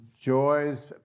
joys